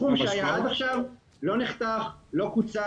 הסכום שהיה עד עכשיו לא נחתך, לא קוצץ,